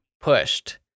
pushed